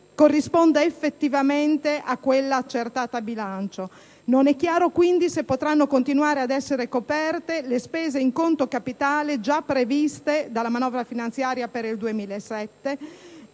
corrisponde effettivamente alla somma accertata a bilancio. Non è chiaro, quindi, se potranno continuare ad essere coperte le spese in conto capitale già previste dalla manovra finanziaria per il 2007